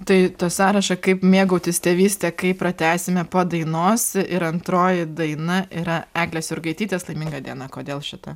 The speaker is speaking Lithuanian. tai tą sąrašą kaip mėgautis tėvyste kaip pratęsime po dainos ir antroji daina yra eglės jurgaitytės laiminga diena kodėl šita